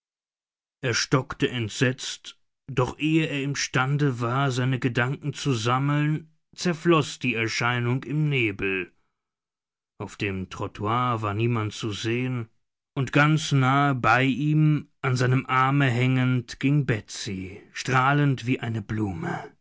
er stockte entsetzt doch ehe er imstande war seine gedanken zu sammeln zerfloß die erscheinung im nebel auf dem trottoir war niemand zu sehen und ganz nahe bei ihm an seinem arme hängend ging betsy strahlend wie eine blume